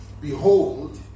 Behold